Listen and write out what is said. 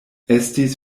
estis